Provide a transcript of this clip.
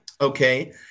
Okay